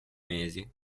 mesi